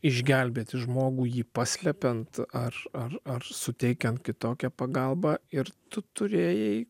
išgelbėti žmogų jį paslepiant ar ar ar suteikiant kitokią pagalbą ir tu turėjai